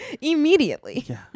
immediately